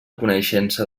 coneixença